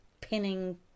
pinning